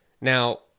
now